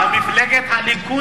למפלגת הליכוד,